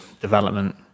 development